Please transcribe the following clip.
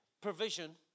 provision